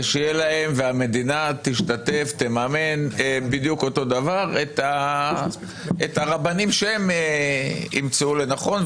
שהמדינה תשתתף ותממן בדיוק אותו דבר את הרבנים שהם ימצאו לנכון.